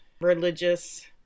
religious